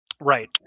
right